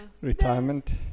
Retirement